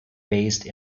based